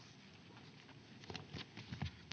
Kiitos.